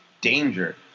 danger